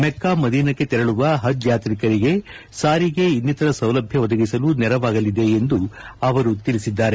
Mecca ಮದೀನಕ್ಕೆ ತೆರಳುವ ಪಜ್ ಯಾಂತ್ರಿಕರಿಗೆ ಸಾರಿಗೆ ಇನ್ನಿತರ ಸೌಲಭ್ಯ ಒದಗಿಸಲು ನೆರವಾಗಲಿದೆ ಎಂದು ಅವರು ತಿಳಿಸಿದ್ದಾರೆ